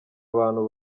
abantu